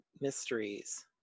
mysteries